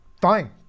Fine